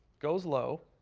goes low,